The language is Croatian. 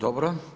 Dobro.